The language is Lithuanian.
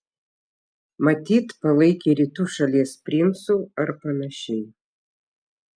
matyt palaikė rytų šalies princu ar panašiai